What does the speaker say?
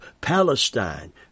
Palestine